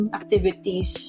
activities